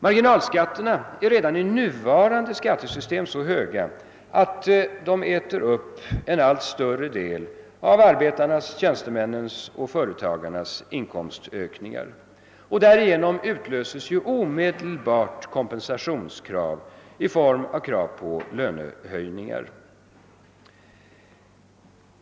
Marginalskatterna är redan i nuvarande skattesystem så höga att de äter upp en allt större del av arbetarnas, tjänstemännens och företagarnas inkomstökningar. Därigenom utlöses omedelbart kompensationskrav i form av krav på lönehöjningar.